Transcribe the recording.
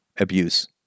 Abuse